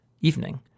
evening